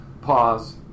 Pause